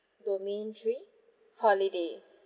domain three holiday